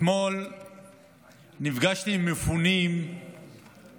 אתמול נפגשתי עם מפונים מהצפון